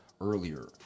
earlier